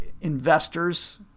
investors